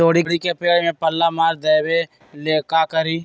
तोड़ी के पेड़ में पल्ला मार देबे ले का करी?